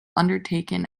undertaken